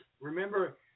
Remember